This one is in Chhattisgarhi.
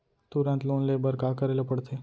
तुरंत लोन ले बर का करे ला पढ़थे?